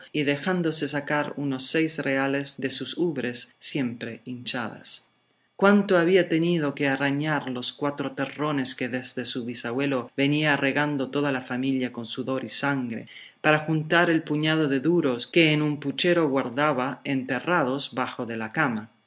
y dejándose sacar unos seis reales de sus ubres siempre hinchadas cuánto había tenido que arañar los cuatro terrones que desde su bisabuelo venía regando toda la familia con sudor y sangre para juntar el puñado de duros que en un puchero guardaba enterrados bajo de la cama